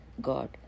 god